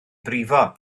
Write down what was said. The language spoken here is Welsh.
brifo